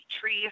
tree